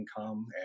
income